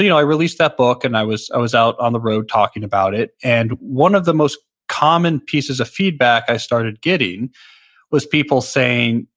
you know i released that book and i was i was out on the road talking about it and one of the most common pieces of feedback i started getting was people saying,